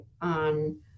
on